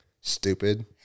stupid